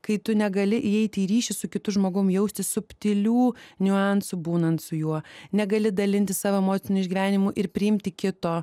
kai tu negali įeiti į ryšį su kitu žmogum jausti subtilių niuansų būnant su juo negali dalintis savo emociniu išgyvenimu ir priimti kito